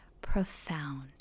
profound